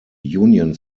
union